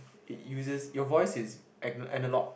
it uses your voice is ana~ analogue